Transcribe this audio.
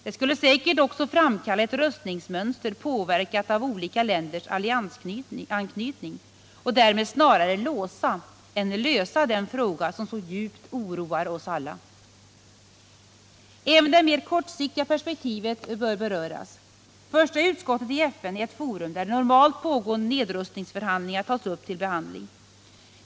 Det skulle säkert också framkalla ett röstningsmönster påverkat av olika länders alliansanknytning och därmed snarare låsa än lösa den fråga som så djupt oroar oss alla. Även det mer kortsiktiga perspektivet bör beröras. Första utskottet i FN är ett forum där normalt pågående nedrustningsförhandlingar tas upp till behandling.